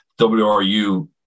WRU